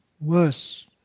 worse